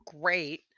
great